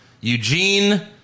Eugene